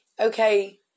Okay